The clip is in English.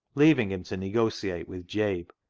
leaving him to negotiate with jabe,